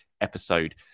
episode